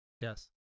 Yes